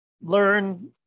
learn